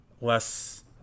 less